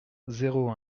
zéro